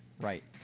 Right